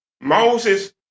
Moses